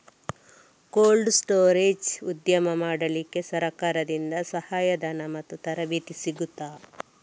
Cold storage ಉದ್ಯಮ ಮಾಡಲಿಕ್ಕೆ ಸರಕಾರದಿಂದ ಸಹಾಯ ಧನ ಮತ್ತು ತರಬೇತಿ ಸಿಗುತ್ತದಾ?